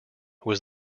was